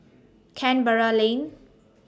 Canberra Lane